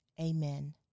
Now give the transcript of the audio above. Amen